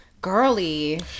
girly